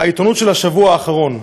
העיתונות של השבוע האחרון.